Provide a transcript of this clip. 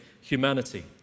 humanity